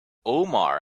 omar